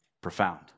Profound